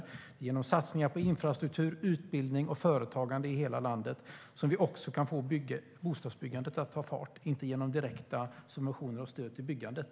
Det är genom satsningar på infrastruktur, utbildning och företagande i hela landet vi kan få bostadsbyggandet att ta fart, inte genom direkta subventioner och stöd till byggandet.